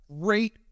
great